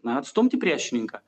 na atstumti priešininką